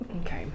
Okay